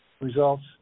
results